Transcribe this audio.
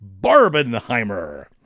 Barbenheimer